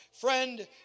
Friend